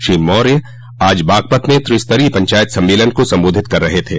श्री मौर्य आज बागपत में त्रिस्तरीय पंचायत सम्मेलन को सम्बोधित कर रहे थे